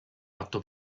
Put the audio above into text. fatto